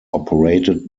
operated